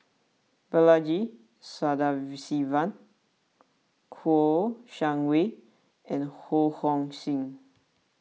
Balaji Sadasivan Kouo Shang Wei and Ho Hong Sing